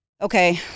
okay